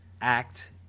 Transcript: act